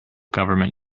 government